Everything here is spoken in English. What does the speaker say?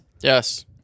Yes